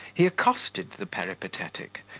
he accosted the peripatetic,